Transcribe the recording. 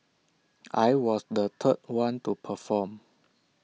I was the third one to perform